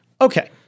okay